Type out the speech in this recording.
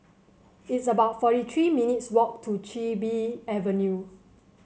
it's about forty three minutes' walk to Chin Bee Avenue